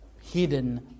hidden